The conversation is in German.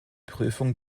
prüfung